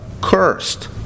Cursed